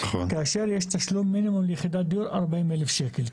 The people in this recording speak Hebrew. כאשר יש תשלום מינימום ליחידת דיור של 40 אלף שקל.